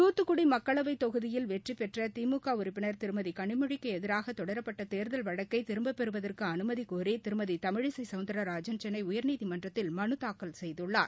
தூத்துக்குடி மக்களவைத் தொகுதியில் வெற்றிபெற்ற திமுக உறுப்பினர் திருமதி களிமொழிக்கு எதிராக தொடரப்பட்ட தேர்தல் வழக்கை திரும்பப் பெறுவதற்கு அனுமதி கோரி திருமதி தமிழிசை சௌந்தரராஜன் சென்னை உயர்நீதிமன்றத்தில் மனு தாக்கல் செய்துள்ளார்